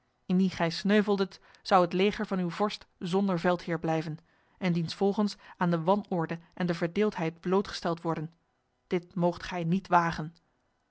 indien gij sneuveldet zou het leger van uw vorst zonder veldheer blijven en diensvolgens aan de wanorde en de verdeeldheid blootgesteld worden dit moogt gij niet wagen